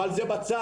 אבל זה בצד,